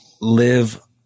live